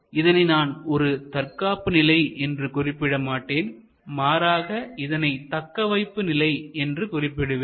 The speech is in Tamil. இதனை நான் ஒரு தற்காப்பு நிலை என்று குறிப்பிட மாட்டேன் மாறாக இதனை தக்கவைப்பு நிலை என்று குறிப்பிடுவேன்